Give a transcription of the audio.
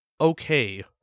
okay